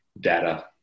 data